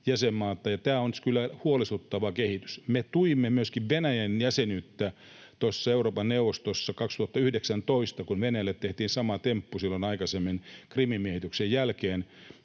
tämä on kyllä huolestuttava kehitys. Me tuimme myöskin Venäjän jäsenyyttä Euroopan neuvostossa 2019. Venäjälle tehtiin sama temppu silloin aikaisemmin Krimin miehityksen jälkeen,